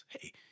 hey